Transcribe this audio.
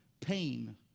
pain